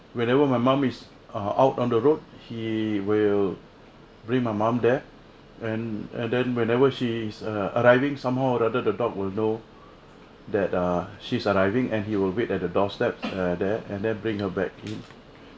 whenever my mum is err out on the road he will bring my mum there and and then whenever she is err arriving somehow rather the dog will know that uh she's arriving and he will wait at the doorstep err there and then bring her bag in